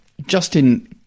Justin